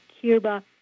Cuba